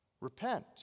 Repent